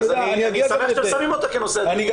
אני שמח שאתם שמים אותה כנושא הדיון אבל היא לא נושא הדיון.